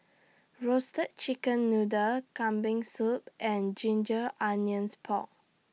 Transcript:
Roasted Chicken Noodle Kambing Soup and Ginger Onions Pork